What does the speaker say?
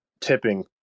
tipping